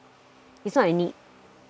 it's not a need